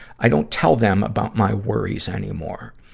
i don't tell them about my worries anymore.